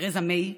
תרזה מיי,